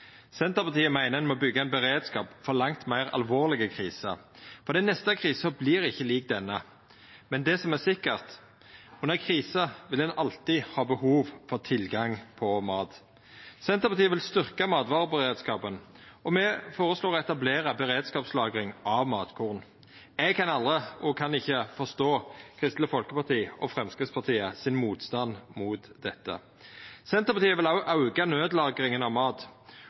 Senterpartiet meiner ein må byggja ein beredskap for langt meir alvorlege kriser, for den neste krisa vert ikkje lik denne. Men det som er sikkert, er at under ei krise vil ein alltid ha behov for tilgang på mat. Senterpartiet vil styrkja matvareberedskapen, og me føreslår å etablera beredskapslagring av matkorn. Eg kan ikkje forstå Kristeleg Folkeparti og Framstegspartiet sin motstand mot dette. Senterpartiet vil også auka nødlagringa av mat.